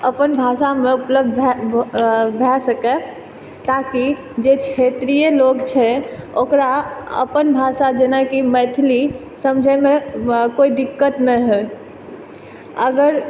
अपन भाषामे उपलब्ध भऽ सकै ताकि जे क्षेत्रीय लोक छै ओकरा अपन भाषा जेनाकि मैथिली समझैमे कोइ दिक्कत नहि होइ